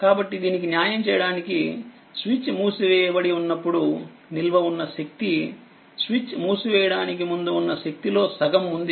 కాబట్టి దీనికి న్యాయం చేయడానికి స్విచ్ మూసివేయబడినప్పుడు నిల్వ ఉన్న శక్తి స్విచ్ మూసివేయడానికి ముందు ఉన్న శక్తి లో సగం ఉంది